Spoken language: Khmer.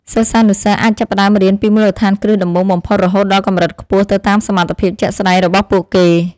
សិស្សានុសិស្សអាចចាប់ផ្តើមរៀនពីមូលដ្ឋានគ្រឹះដំបូងបំផុតរហូតដល់កម្រិតខ្ពស់ទៅតាមសមត្ថភាពជាក់ស្តែងរបស់ពួកគេ។